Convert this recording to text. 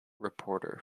reporter